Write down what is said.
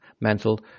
mental